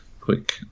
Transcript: Quick